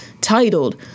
titled